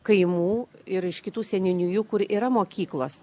kaimų ir iš kitų seniūnijų kur yra mokyklos